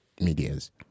medias